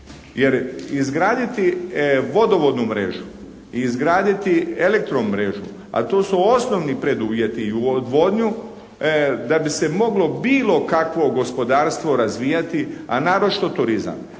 Jer izgraditi vodovodnu mrežu i izgraditi elektromrežu, a to su osnovni preduvjeti, i odvodnju da bi se moglo bilo kakvo gospodarstvo razvijati, a naročito turizam.